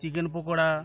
chicken pakora